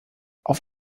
auf